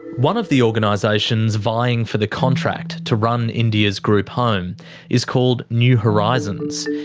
one of the organisations vying for the contract to run india's group home is called new horizons.